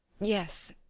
Yes